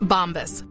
Bombas